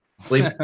sleep